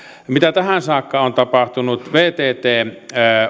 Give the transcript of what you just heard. mitä tähän saakka on tapahtunut vttn